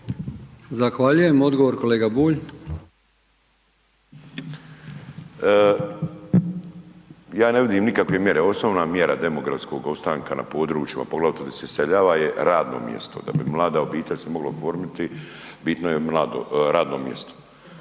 Zahvaljujem. Odgovor kolega Bulj. **Bulj, Miro (MOST)** Ja ne vidim nikakve mjera, osnovna mjera demografskog ostanka na područjima poglavito gdje se iseljava je radno mjesto, da bi mlada obitelj se mogla oformiti bitno je radno mjesto.